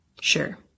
Sure